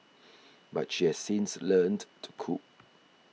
but she has since learnt to cope